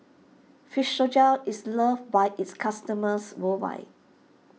Physiogel is loved by its customers worldwide